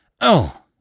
Oh